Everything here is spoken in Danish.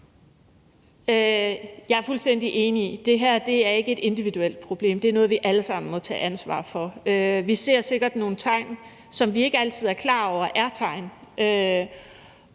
Jeg er fuldstændig enig. Det her er ikke et individuelt problem; det er noget, vi alle sammen må tage ansvar for. Vi ser sikkert nogle tegn, som vi ikke altid er klar over er tegn,